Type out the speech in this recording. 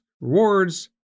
rewards